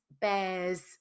bears